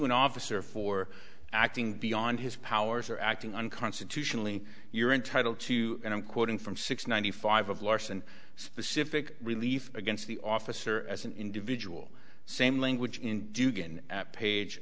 an officer for acting beyond his powers or acting unconstitutionally you're entitled to and i'm quoting from six ninety five of larson specific relief against the officer as an individual same language in page